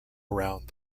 around